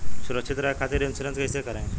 सुरक्षित रहे खातीर इन्शुरन्स कईसे करायी?